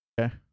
okay